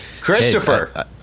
Christopher